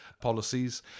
policies